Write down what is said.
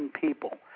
people